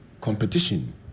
competition